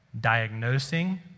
diagnosing